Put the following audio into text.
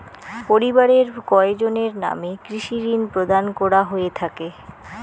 পরিবারের কয়জনের নামে কৃষি ঋণ প্রদান করা হয়ে থাকে?